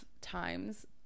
times